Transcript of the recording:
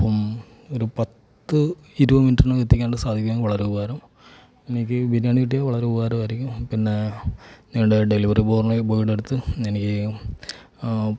അപ്പം ഒരു പത്ത് ഇരുപത് മിനിറ്റിനകം എത്തിക്കാനായിട്ടു സാധിക്കുമെങ്കിൽ വളരെ ഉപകാരം എനിക്ക് ബിരിയാണി കിട്ടിയാൽ വളരെ ഉപകാരമായിരിക്കും പിന്നേ നിങ്ങളുടെ ഡെലിവറി ബോറി ബോയുടെ അടുത്ത് എനിക്കീ